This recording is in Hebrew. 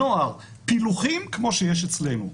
נוער פילוחים כמו שיש אצלנו.